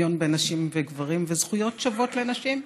שוויון בין נשים לגברים וזכויות שוות לנשים,